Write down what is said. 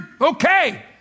okay